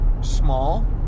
small